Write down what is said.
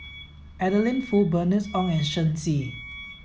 Adeline Foo Bernice Ong and Shen Xi